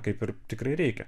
kaip ir tikrai reikia